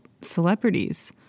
celebrities